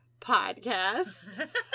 podcast